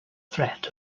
threat